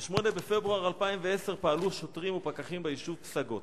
ב-8 בפברואר 2010 פעלו שוטרים ופקחים ביישוב פסגות.